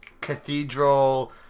cathedral